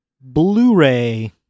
Blu-ray